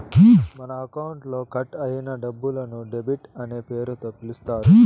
మన అకౌంట్లో కట్ అయిన డబ్బులను డెబిట్ అనే పేరుతో పిలుత్తారు